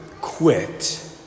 quit